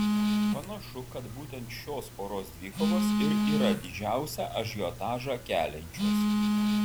panašu kad būtent šios poros dvikovos ir yra didžiausią ažiotažą keliančios